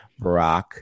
Barack